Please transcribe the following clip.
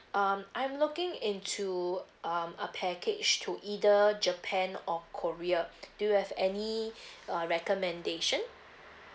um I'm looking into um a package to either japan or korea do you have any uh recommendation